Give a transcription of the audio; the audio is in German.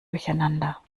durcheinander